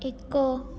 ଏକ